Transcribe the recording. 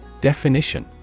Definition